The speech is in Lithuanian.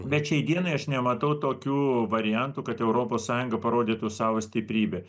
bet šiai dienai aš nematau tokių variantų kad europos sąjunga parodytų savo stiprybę